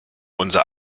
unser